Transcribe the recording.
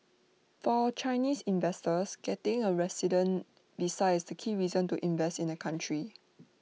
for Chinese investors getting A resident visa is the key reason to invest in the country